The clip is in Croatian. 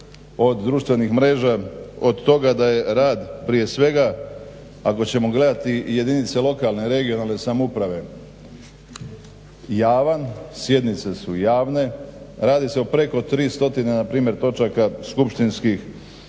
od društvenih mreža, od toga da je rad prije svega ako ćemo gledati jedinice lokalne i regionalne samouprave javan, sjednice su javne, radi se o preko tri stotine npr. točaka skupštinskih